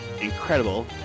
Incredible